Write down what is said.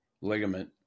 ligament